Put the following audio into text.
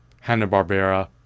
Hanna-Barbera